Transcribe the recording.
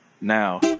now